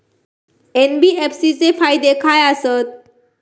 NBFC चे फायदे खाय आसत?